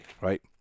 right